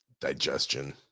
digestion